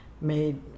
made